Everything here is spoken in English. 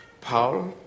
Paul